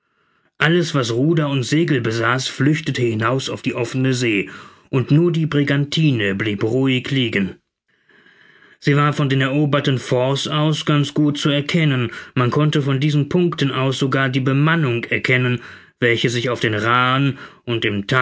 alles was ruder und segel besaß flüchtete hinaus auf die offene see und nur die brigantine blieb ruhig liegen sie war von den eroberten forts aus ganz gut zu erkennen man konnte von diesen punkten aus sogar die bemannung erkennen welche sich auf den raaen und im